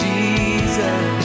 Jesus